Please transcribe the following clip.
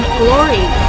glory